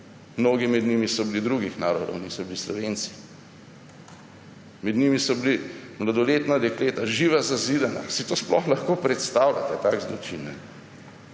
Mnogi med njimi so bili drugih narodov, niso bili Slovenci. Med njimi so bila mladoletna dekleta živa zazidana. Si to sploh lahko predstavljate, tak zločin?